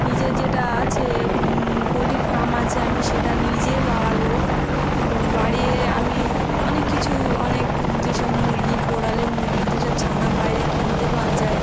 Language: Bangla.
নিজের যেটা আছে পোলট্রির ফার্ম আছে আমি সেটা নিজে বাড়াবো বাড়িয়ে আমি অনেক কিছু অনেক যেসব মুরগি বোড়ালে মুরগির যেসব ছানা বাইরে কিনতে পাওয়া যায়